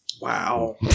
Wow